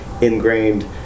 ingrained